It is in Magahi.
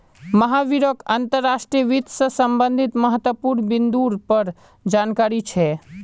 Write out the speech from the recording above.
महावीरक अंतर्राष्ट्रीय वित्त से संबंधित महत्वपूर्ण बिन्दुर पर जानकारी छे